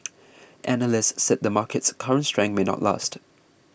analysts said the market's current strength may not last